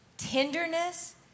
tenderness